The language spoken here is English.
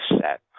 set